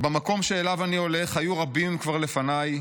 "במקום שאליו אני הולך / היו רבים כבר לפניי.